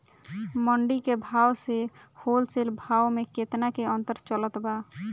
मंडी के भाव से होलसेल भाव मे केतना के अंतर चलत बा?